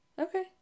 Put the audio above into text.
Okay